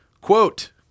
Quote